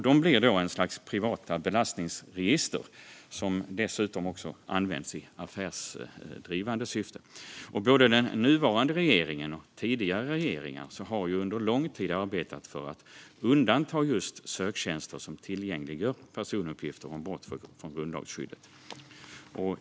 De blir ett slags privata belastningsregister, som dessutom används i affärsdrivande syfte. Både den nuvarande regeringen och tidigare regeringar har under lång tid arbetat för att undanta just söktjänster som tillgängliggör personuppgifter om brott från grundlagsskyddet.